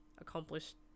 accomplished